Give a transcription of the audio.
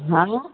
हॅं